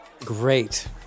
great